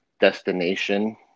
destination